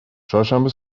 چهارشنبه